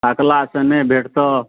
ताकलासँ नहि भेटतऽ